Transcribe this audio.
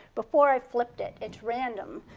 before i flipped it, it's random.